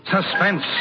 Suspense